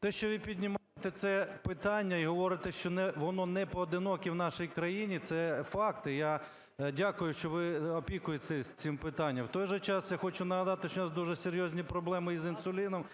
Те, що ви піднімаєте це питання і говорите, що воно не поодиноке в нашій країні, це факт. Я дякую, що ви опікуєтесь цим питанням. В той же час я хочу нагадати, що у нас дуже серйозні проблеми з інсуліном